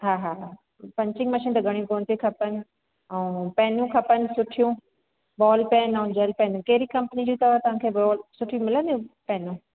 हा हा हा पंचिंग मशीन त घणी कोन्ह थी खपनि ऐं पेनूं खपनि सुठियूं बॉल पेन ऐं जेल पेन कहिड़ी कंपनी जी अथव तव्हांखे बॉल सुठी मिलंदियूं पेनूं